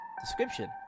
Description